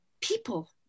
people